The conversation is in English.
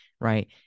right